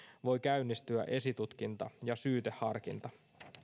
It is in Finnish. voi käynnistyä esitutkinta ja syyteharkinta